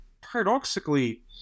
paradoxically